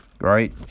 Right